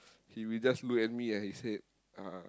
he will just look at me and he said uh